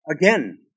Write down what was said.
Again